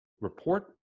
report